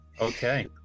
Okay